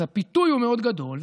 אז הפיתוי הוא מאוד גדול,